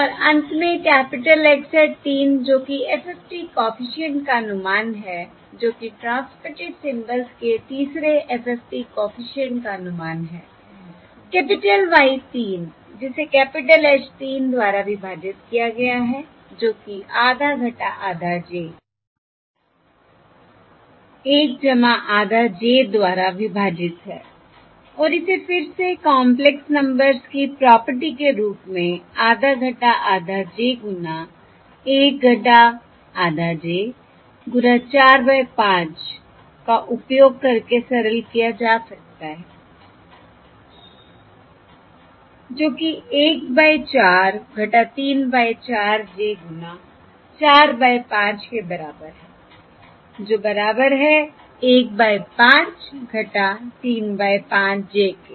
और अंत में कैपिटल X hat 3 जो कि FFT कॉफिशिएंट का अनुमान है जो कि ट्रांसमिटेड सिम्बल्स के तीसरे FFT कॉफिशिएंट का अनुमान है कैपिटल Y3 जिसे कैपिटल H 3 द्वारा विभाजित किया गया है जो कि आधा आधा j1 आधा j द्वारा विभाजित है और इसे फिर से कंपलेक्स नंबर्स की प्रॉपर्टी के रूप में आधा आधा j गुणा 1 आधा j गुणा 4 बाय 5 का उपयोग करके सरल किया जा सकता है जो कि 1 बाय 4 3 बाय 4 j गुणा 4 बाय 5 के बराबर है जो बराबर है 1 बाय 5 3 बाय 5 j के